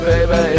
Baby